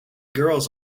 girls